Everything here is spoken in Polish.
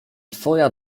twoja